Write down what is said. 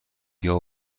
بیا